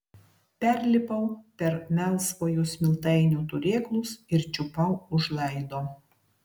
perlipau per melsvojo smiltainio turėklus ir čiupau už laido